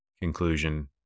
Conclusion